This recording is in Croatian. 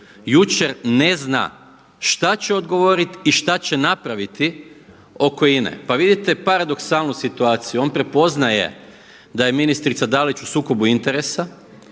jučer ne zna šta će odgovorit i šta će napraviti oko INA-e? Pa vidite paradoksalnu situaciju, on prepoznaje da je ministrica Dalić u sukobu interesa